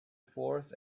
forth